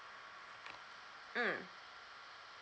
mm